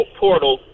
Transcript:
portal